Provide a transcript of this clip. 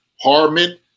Harmon